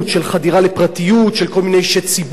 של חדירה לפרטיות של כל מיני אנשי ציבור,